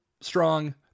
strong